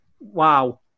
Wow